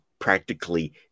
practically